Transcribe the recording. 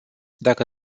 dacă